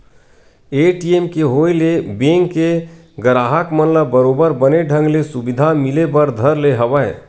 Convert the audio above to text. ATM के होय ले बेंक के गराहक मन ल बरोबर बने ढंग ले सुबिधा मिले बर धर ले हवय